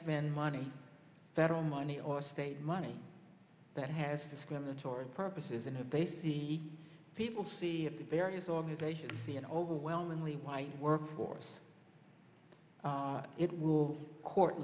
spend money federal money or state money that has discriminatory purposes and if they see people see the various organizations overwhelmingly white workforce it will court